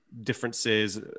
differences